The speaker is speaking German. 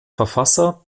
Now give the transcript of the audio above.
verfasser